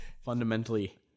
Fundamentally